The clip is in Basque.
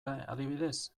adibidez